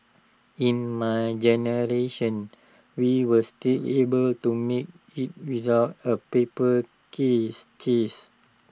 in my generation we were still able to make IT without A paper case chase